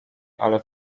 ale